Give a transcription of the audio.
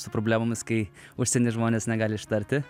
su problemomis kai užsieny žmonės negali ištarti